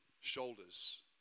shoulders